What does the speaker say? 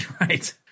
Right